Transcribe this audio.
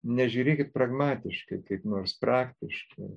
nežiūrėkit pragmatiškai kaip nors praktiškai